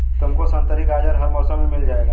तुमको संतरी गाजर हर मौसम में मिल जाएगी